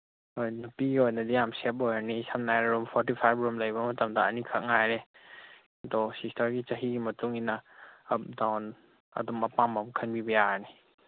ꯍꯣꯏ ꯅꯨꯄꯤꯒꯤ ꯑꯣꯏꯅꯗꯤ ꯌꯥꯝ ꯁꯦꯞ ꯑꯣꯏꯔꯅꯤ ꯁꯝ ꯍꯥꯏꯕ ꯔꯨꯝ ꯐꯣꯔꯇꯤ ꯐꯥꯏꯚ ꯔꯨꯝ ꯂꯩꯕ ꯃꯇꯝꯗ ꯑꯅꯤꯈꯛ ꯉꯥꯏꯔꯦ ꯑꯗꯣ ꯁꯤꯁꯇꯔꯒꯤ ꯆꯍꯤꯒꯤ ꯃꯇꯨꯡꯏꯟꯅ ꯑꯞ ꯗꯥꯎꯟ ꯑꯗꯨꯝ ꯑꯄꯥꯝꯕ ꯑꯃ ꯈꯟꯕꯤꯕ ꯌꯥꯒꯅꯤ